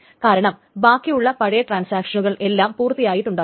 കാരണം ബാക്കിയുള്ള പഴയ ട്രാൻസാക്ഷനുകൾ എല്ലാം പൂർത്തിയാക്കിയിട്ടുണ്ടാകും